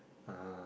uh